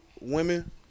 women